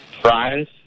Prize